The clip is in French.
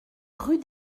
rue